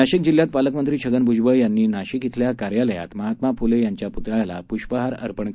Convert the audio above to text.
नाशिक जिल्ह्यात पालकमंत्री छगन भूजबळ यांनी नाशिक शिल्या कार्यालयात महात्मा फुले यांच्या पुतळ्याला पुष्पहार अर्पण करून अभिवादन केलं